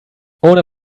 ohne